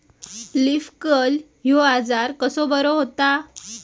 Leaf curl ह्यो आजार कसो बरो व्हता?